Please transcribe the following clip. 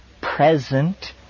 present